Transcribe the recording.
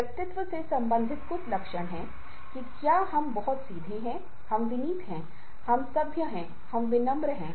पतिऔर पत्नी दोनों paid job में हैं